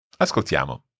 Ascoltiamo